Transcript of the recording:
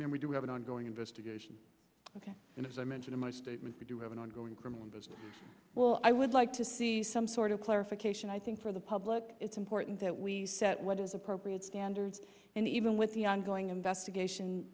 case and we do have an ongoing investigation ok and as i mentioned in my statement we do have an ongoing criminal well i would like to see some sort of clarification i think for the public it's important that we set what is appropriate standards and even with the ongoing investigation